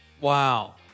Wow